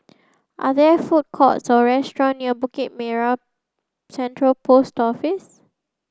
are there food courts or restaurants near Bukit Merah Central Post Office